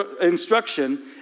instruction